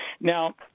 Now